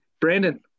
Brandon